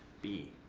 b